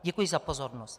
Děkuji za pozornost.